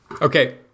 Okay